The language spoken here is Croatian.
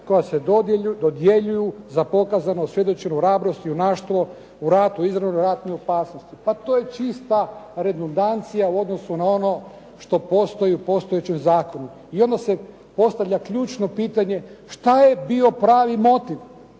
koja se dodjeljuju za pokazanu, osvjedočenu hrabrost, junaštvo u ratu, u izravnoj ratnoj opasnosti. Pa to je čista redundancija u odnosu na ono što postoji u postojećem zakonu. Jedno se postavlja ključno pitanje šta je bio pravi motiv